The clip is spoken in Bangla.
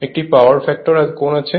একটি পাওয়ার ফ্যাক্টর কোণ আছে